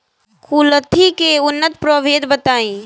कुलथी के उन्नत प्रभेद बताई?